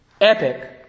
epic